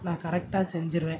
நான் கரெக்டாக செஞ்சிடுவேன்